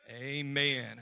Amen